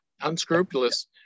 unscrupulous